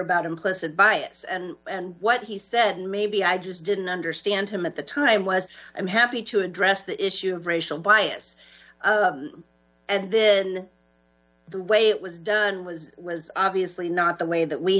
about him said bias and what he said and maybe i just didn't understand him at the time was i'm happy to address the issue of racial bias and then the way it was done was was obviously not the way that we